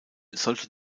sollte